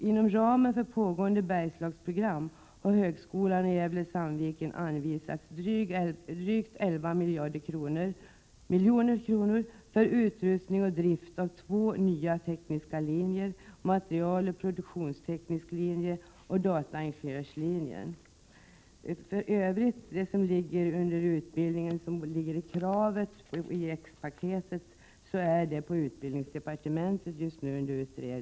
Inom ramen för pågående Bergslagsprogram har högskolan i Gävle/ Sandviken anvisats drygt 11 milj.kr. för utrustning och drift av två nya tekniska linjer — materialoch produktionsteknisk linje och dataingenjörslinje. För övrigt behandlas kraven i X-paketet just nu i utbildningsdepartementet.